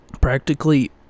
practically